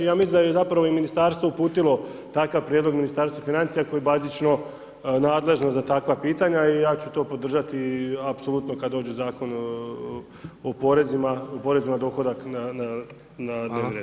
Ja mislim da je zapravo i Ministarstvo uputilo takav prijedlog Ministarstvu financija koje je bazično nadležno za takva pitanja i ja ću to podržati apsolutno kada dođe Zakon o porezu na dohodak na dnevni red.